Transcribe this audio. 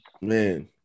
man